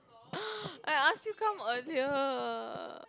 I ask you come earlier